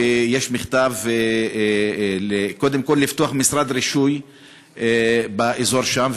ויש מכתב קודם כול לפתוח משרד רישוי באזור שם.